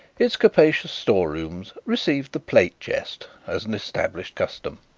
its capacious storerooms received the plate-chest as an established custom.